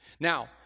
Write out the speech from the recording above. Now